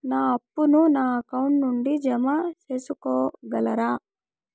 నా అప్పును నా అకౌంట్ నుండి జామ సేసుకోగలరా?